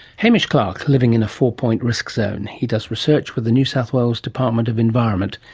hamish clarke, living in a four-point risk so own. he does research with the new south wales department of environment,